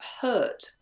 hurt